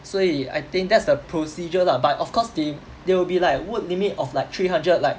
所以 I think that's the procedure lah but of course they they will be like word limit of like three hundred like